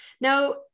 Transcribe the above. now